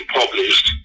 published